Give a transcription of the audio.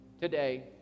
today